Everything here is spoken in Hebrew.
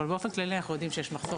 אבל באופן כללי אנחנו יודעים שיש מחסור